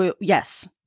yes